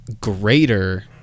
greater